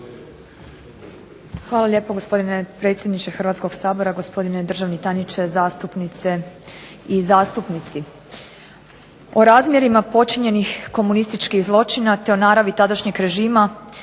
Hvala lijepo gospodine predsjedniče Hrvatskog sabora, gospodine državni tajniče, zastupnice i zastupnici. O razmjerima počinjenih komunističkih zločina, te o naravi tadašnjeg režima